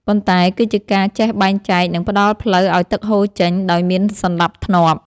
ប៉ុន្តែគឺជាការចេះបែងចែក និងផ្ដល់ផ្លូវឱ្យទឹកហូរចេញដោយមានសណ្ដាប់ធ្នាប់។